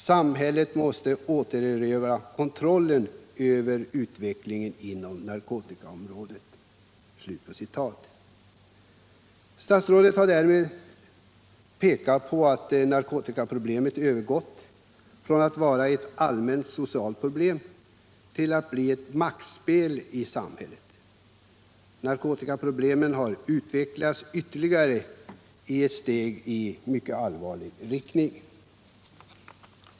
Samhället måste erövra kontrollen över utvecklingen på narkotikaområdet.” Statsrådet har därmed understrukit att narkotikaproblemet övergått från att vara ett allmänt socialt problem till att bli ett maktspel i samhället. Narkotikaproblemen har utvecklats ytterligare i en mycket allvarlig riktning.